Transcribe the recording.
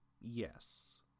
Yes